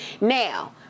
Now